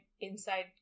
inside